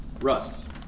Russ